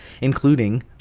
Including